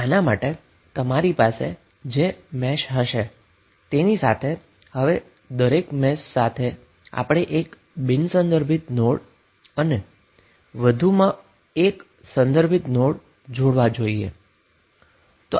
તો આના માટે હવે દરેક મેશ સાથે આપણે એક નોન રેફરન્સ નોડ અને વધુમાં એક રેફરન્સ નોડ જોડવો જોઈએ